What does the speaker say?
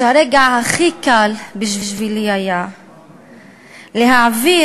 שהכי קל בשבילי להעביר